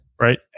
right